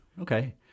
Okay